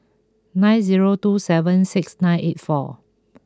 nine zero two seven six nine eight four